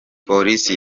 police